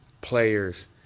players